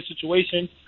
situation